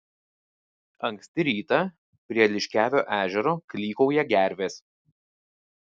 anksti rytą prie liškiavio ežero klykauja gervės